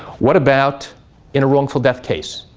what about in a wrongful death case?